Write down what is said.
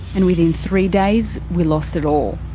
and within three days we lost it all.